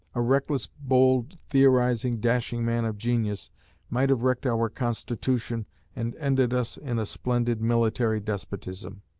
a reckless, bold, theorizing, dashing man of genius might have wrecked our constitution and ended us in a splendid military despotism.